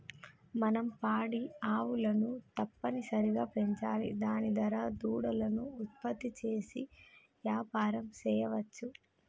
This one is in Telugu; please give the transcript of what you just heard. మనం పాడి ఆవులను తప్పనిసరిగా పెంచాలి దాని దారా దూడలను ఉత్పత్తి చేసి యాపారం సెయ్యవచ్చు